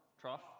trough